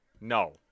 no